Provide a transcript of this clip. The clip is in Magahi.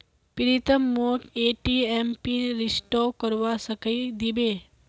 प्रीतम मोक ए.टी.एम पिन रिसेट करवा सिखइ दी बे